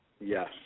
Yes